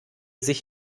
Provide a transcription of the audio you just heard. sich